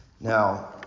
Now